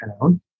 town